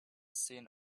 seen